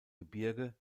gebirge